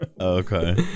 okay